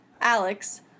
Alex